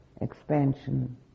expansion